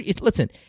Listen